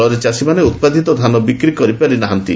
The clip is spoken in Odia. ଫଳରେ ଚାଷୀମାନେ ଉପ୍ାଦିତ ଧାନ ବିକ୍ରି କରିପାରି ନାହାନ୍ତି